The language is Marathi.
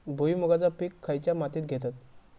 भुईमुगाचा पीक खयच्या मातीत घेतत?